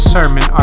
Sermon